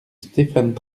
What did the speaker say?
stéphane